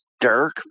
Dirk